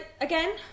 again